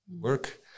work